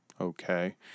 Okay